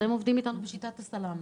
אתם עובדים איתם בשיטת הסלמי.